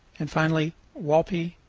and finally walpi,